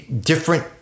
different